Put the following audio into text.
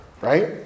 right